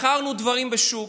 מכרנו דברים בשוק.